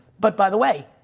but by the way,